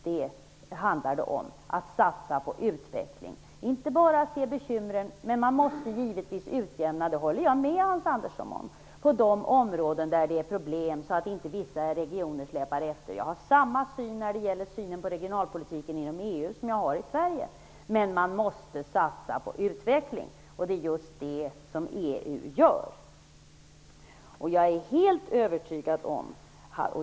Det handlar just om att satsa på utveckling och att inte bara se bekymren. Men man måste givetvis utjämna -- och det håller jag med Hans Andersson om -- på de områden där det finns problem, så att inte vissa regioner släpar efter. Jag har samma syn på regionalpolitiken inom EU som jag har när det gäller regionalpolitiken i Sverige. Men man måste satsa på utveckling, och det är just det som EU gör.